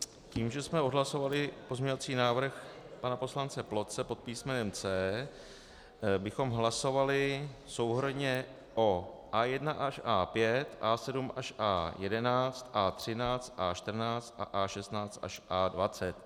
Tím, že jsme odhlasovali pozměňovací návrh pana poslance Ploce pod písmenem C, bychom hlasovali souhrnně o A1 až A5, A7 až A11, A13, A14 a A16 až A20.